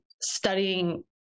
studying